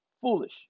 Foolish